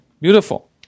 beautiful